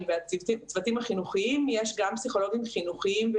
והצוותים החינוכיים יש גם פסיכולוגים חינוכיים,